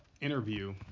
interview